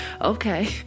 Okay